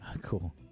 Cool